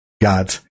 god's